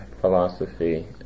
philosophy